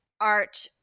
Art